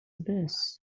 abyss